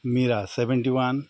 meera seventy one